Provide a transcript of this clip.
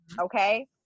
okay